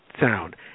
sound